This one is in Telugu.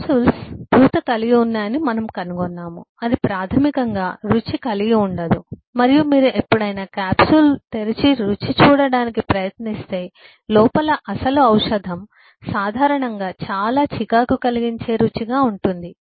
క్యాప్సూల్స్ పూత కలిగి ఉన్నాయని మనము కనుగొన్నాము అది ప్రాథమికంగా రుచి కలిగి ఉండదు మరియు మీరు ఎప్పుడైనా క్యాప్సూల్ తెరిచి రుచి చూడటానికి ప్రయత్నిస్తే లోపల అసలు ఔషధం సాధారణంగా చాలా చికాకు కలిగించే రుచిగా ఉంటుంది